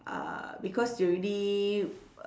uh because you already